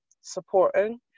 supporting